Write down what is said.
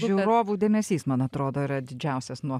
žiūrovų dėmesys man atrodo yra didžiausias nuo